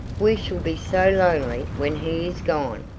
we shall be so lonely when he is gone.